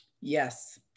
Yes